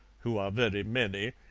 who are very many,